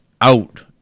out